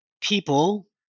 people